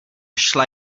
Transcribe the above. šla